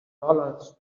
dollars